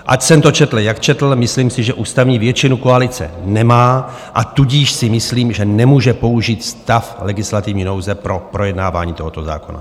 Ať jsem to četl, jak četl, myslím si, že ústavní většinu koalice nemá, tudíž si myslím, že nemůže použít stav legislativní nouze pro projednávání tohoto zákona.